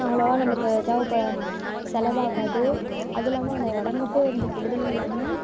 அவ்வளவாக நம்மளுக்கு தேவைப்படாது செலவாகாது அதுவும் இல்லாமல் நம்ம உடம்புக்கும் எந்த கெடுதலும் இல்லாமல்